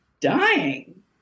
dying